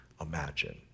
imagine